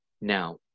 Now